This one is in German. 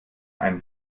ein